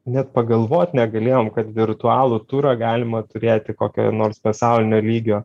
net pagalvot negalėjom kad virtualų turą galima turėti kokioj nors pasaulinio lygio